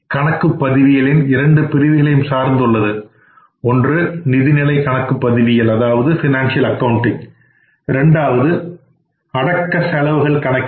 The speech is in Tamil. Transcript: கணக்குப்பதிவியலின் இரண்டு பிரிவுகளையும் சார்ந்துள்ளது 1 நிதிநிலைக் கணக்குப்பதிவியல் 2 அடக்க செலவுகள் கணக்கியல்